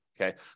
Okay